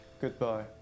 Goodbye